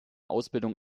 ausbildung